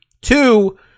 Two